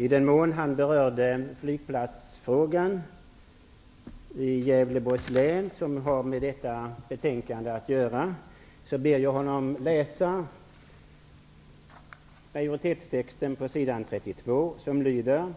I den mån han berörde den flygplatsfråga i Gävleborg som behandlas i detta betänkande ber jag honom att läsa majoritetstexten på s. 32, som lyder: